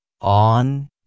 on